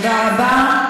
תודה רבה.